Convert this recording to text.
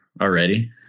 Already